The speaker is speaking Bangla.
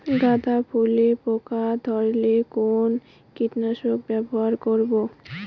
গাদা ফুলে পোকা ধরলে কোন কীটনাশক ব্যবহার করব?